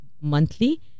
monthly